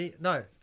no